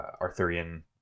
Arthurian